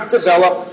develop